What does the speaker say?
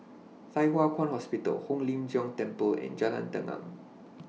Thye Hua Kwan Hospital Hong Lim Jiong Temple and Jalan Tenang